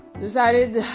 Decided